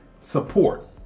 support